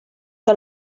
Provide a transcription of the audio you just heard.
que